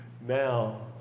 now